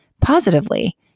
positively